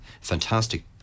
Fantastic